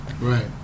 Right